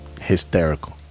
Hysterical